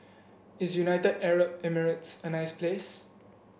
is United Arab Emirates a nice place